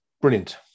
brilliant